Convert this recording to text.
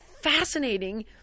fascinating